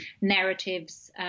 narratives